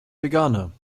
veganer